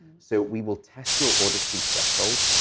so we will test your auditory threshold,